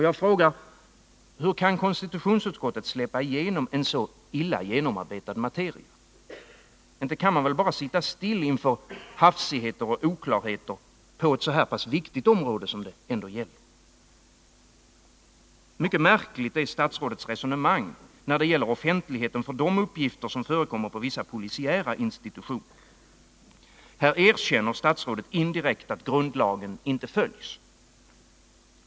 Jag frågar: Hur kan konstitutionsutskottet släppa igenom en så illa genomarbetad materia? Inte kan man väl bara sitta still inför hafsigheter och oklarheter på ett så viktigt område som det här gäller. Mycket märkligt är statsrådets resonemang när det gäller offentligheten för de uppgifter som förekommer på vissa polisiära institutioner. Här erkänner statsrådet indirekt att grundlagen inte följs.